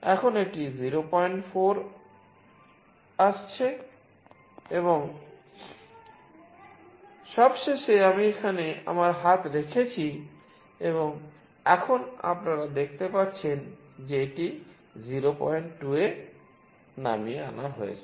এখন এটি 04 এ আসছে এবং অবশেষে আমি এখানে আমার হাত রেখেছি এবং এখন আপনারা দেখতে পাচ্ছেন যে এটি 02 এ নামিয়ে আনা হয়েছে